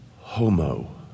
Homo